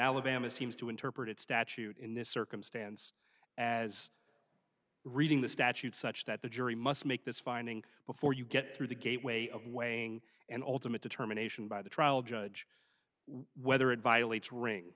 alabama seems to interpret it statute in this circumstance as reading the statute such that the jury must make this finding before you get through the gateway of weighing and ultimate determination by the trial judge whether it violates ring